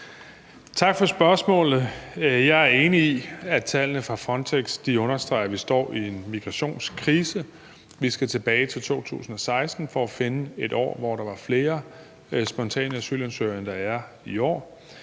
Tak for spørgsmålet. Jeg er enig i, at tallene fra Frontex understreger, at vi står i en migrationskrise. Vi skal tilbage til 2016 for at finde et år, hvor der var flere spontane asylansøgere, end der er i år.